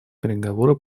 переговоры